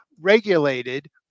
regulated